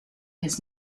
his